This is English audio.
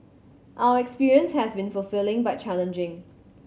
our experience has been fulfilling but challenging